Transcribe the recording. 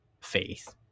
faith